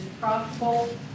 profitable